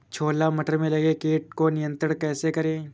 छोला मटर में लगे कीट को नियंत्रण कैसे करें?